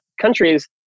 countries